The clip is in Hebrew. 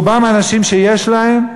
רובם אנשים שיש להם.